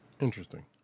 interesting